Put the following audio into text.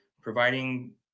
providing